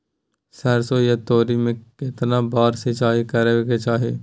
सरसो या तोरी में केतना बार सिंचाई करबा के चाही?